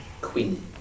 Queen